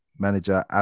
Manager